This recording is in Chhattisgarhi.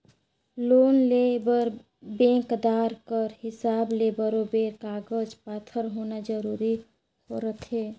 लोन लेय बर बेंकदार कर हिसाब ले बरोबेर कागज पाथर होना जरूरी रहथे